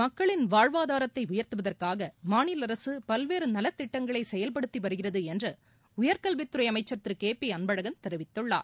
மக்களின் வாழ்வாதாரத்தை உயர்த்துவதற்காக மாநில அரசு பல்வேறு நலத்திட்டங்களை செயல்படுத்தி வருகிறது என்று உயர்கல்வித் துறை அமைச்சர் திரு கே பி அன்பழகன் தெரிவித்துள்ளார்